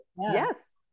Yes